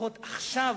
לפחות עכשיו